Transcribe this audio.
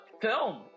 film